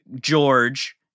George